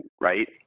right